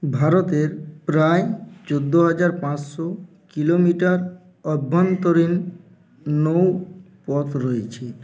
ভারতের প্রায় চোদ্দো হাজার পাঁসশো কিলোমিটার অভ্যন্তরীণ নৌপথ রয়েছে